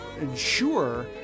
ensure